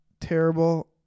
terrible